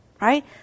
right